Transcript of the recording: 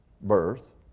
birth